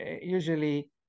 usually